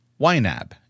YNAB